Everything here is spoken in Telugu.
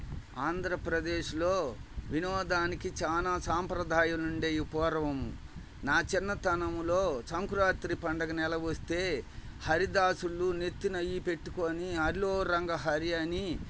ఆంధ్రప్రదేశ్లో వినోదానికి చాలా సాంప్రదాయాలు ఉండేవి పూర్వం నా చిన్నతనంలో సంక్రాంతి పండుగ నెల వస్తే హరిదాసులు నెత్తిన అవి పెట్టుకొని హరిలో రంగ హరి అని